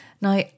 Now